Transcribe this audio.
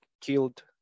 killed